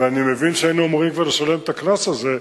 ואני מבין שהיינו אמורים כבר לשלם את הקנס הזה,